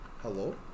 Hello